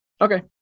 Okay